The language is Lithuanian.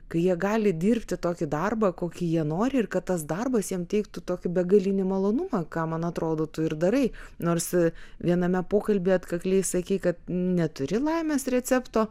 kai jie gali dirbti tokį darbą kokį jie nori ir kad tas darbas jiem teiktų tokį begalinį malonumą ką man atrodo tu ir darai nors viename pokalbyje atkakliai sakei kad neturi laimės recepto